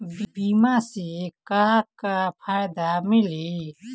बीमा से का का फायदा मिली?